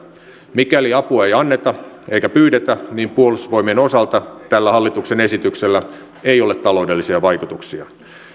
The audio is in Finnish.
mikäli apua ei anneta eikä pyydetä niin puolustusvoimien osalta tällä hallituksen esityksellä ei ole taloudellisia vaikutuksia